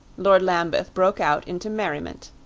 lord lambeth broke out into merriment.